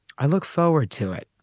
i look forward to it.